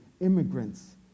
immigrants